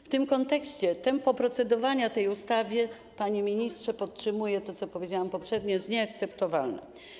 W tym kontekście tempo procedowania nad tą ustawą, panie ministrze - podtrzymuję to, co powiedziałam poprzednio - jest nieakceptowalne.